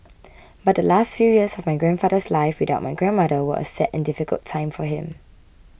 but the last few years of my grandfather's life without my grandmother were a sad and difficult time for him